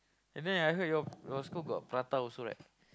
and then I heard your your school got Prata also right